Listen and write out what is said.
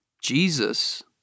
Jesus